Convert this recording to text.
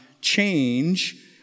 change